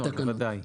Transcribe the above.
בתקנות, ודאי.